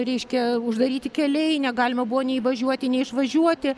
reiškia uždaryti keliai negalima buvo nei įvažiuoti nei išvažiuoti